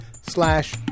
slash